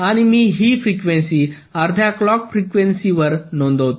आणि मी ही फ्रिक्वेन्सी अर्ध्या क्लॉक फ्रिक्वेन्सीवर नोंदवतो